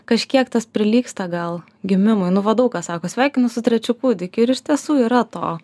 kažkiek tas prilygsta gal gimimui nu va daug kas sako sveikinu su trečiu kūdikiu ir iš tiesų yra to